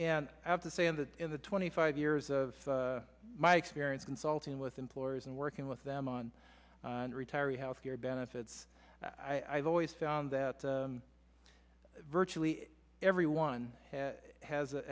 and i have to say on that in the twenty five years of my experience consulting with employers and working with them on retiree health care benefits i've always found that virtually everyone has a